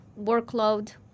workload